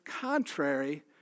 contrary